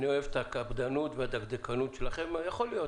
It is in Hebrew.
אוקיי, יכול להיות,